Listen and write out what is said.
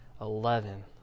eleven